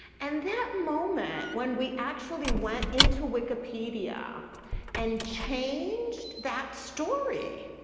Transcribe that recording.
and that moment, when we actually went into wikipedia and changed that story,